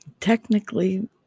Technically